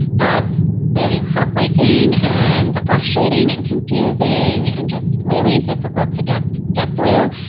that's very heartbreaking and frustrating and confusing and just really difficult to get get through.